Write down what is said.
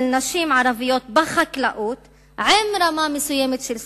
נשים ערביות בחקלאות ברמה מסוימת של סבסוד,